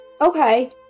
Okay